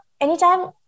anytime